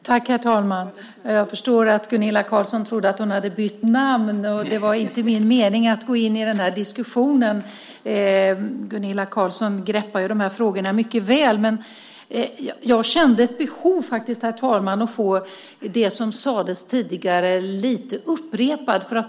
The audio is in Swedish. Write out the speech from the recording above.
Herr talman! Jag förstår att Gunilla Carlsson trodde att hon hade bytt namn. Det var inte min mening att gå in i den här diskussionen. Gunilla Carlsson greppar ju de här frågorna mycket väl. Men jag kände ett behov, herr talman, att få det som sades tidigare upprepat.